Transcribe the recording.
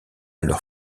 leurs